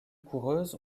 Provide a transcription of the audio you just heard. coureuses